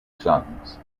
sons